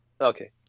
Okay